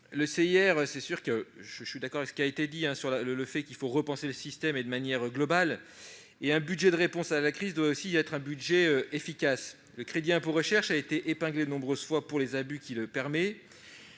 Gontard. Je suis d'accord avec ce qui a été dit sur le CIR : il faut repenser le système de manière globale. Un budget de réponse à la crise doit aussi être un budget efficace. Le crédit d'impôt recherche a été épinglé de nombreuses fois pour les abus qu'il permet.